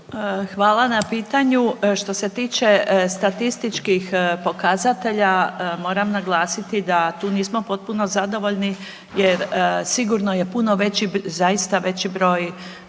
Hvala na pitanju. Što se tiče statističkih pokazatelja moram naglasiti da tu nismo potpuno zadovoljni jer sigurno je puno veći zaista veći broj